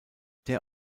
der